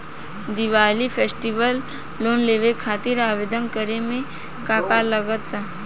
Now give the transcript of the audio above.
Diwali festival loan लेवे खातिर आवेदन करे म का का लगा तऽ?